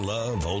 Love